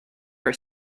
for